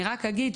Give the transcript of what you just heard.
אני רק אגיד,